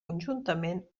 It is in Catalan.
conjuntament